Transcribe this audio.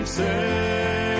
say